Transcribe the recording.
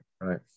right